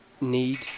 need